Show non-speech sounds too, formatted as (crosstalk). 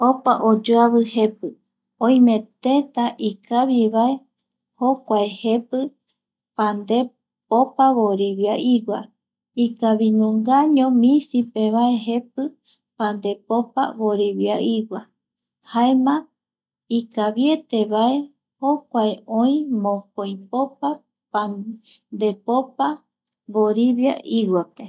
Opa oyoavi jepi, oime teta ikaviva jokua jepi pande (hesitation) popa vorivia igua, ikavinungavaño misipevae jepi pandepopopa voriviaigua, jaema ikavietemabae jokua oi mokoipopa pan (hesitation) depopa